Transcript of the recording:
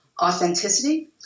authenticity